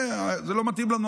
זה לא מתאים לנו,